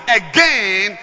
again